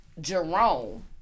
Jerome